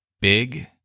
Big